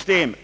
översyn.